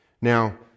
Now